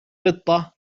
قطة